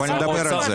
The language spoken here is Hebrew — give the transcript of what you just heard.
אבל נדבר על זה.